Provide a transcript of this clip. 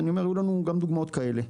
היו לנו גם דוגמאות כאלה.